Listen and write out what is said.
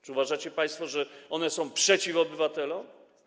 Czy uważacie państwo, że one są przeciw obywatelom?